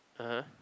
(uh huh)